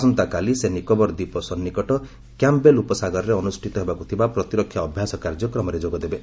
ଆସନ୍ତାକାଲି ସେ ନିକୋବର ଦ୍ୱୀପ ସନ୍ନିକଟ କ୍ୟାମ୍ପ୍ ବେଲ୍ ଉପସାଗରରେ ଅନୁଷ୍ଠିତ ହେବାକୁ ଥିବା ପ୍ରତିରକ୍ଷା ଅଭ୍ୟାସ କାର୍ଯ୍ୟକ୍ରମରେ ଯୋଗଦେବେ